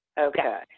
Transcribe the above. Okay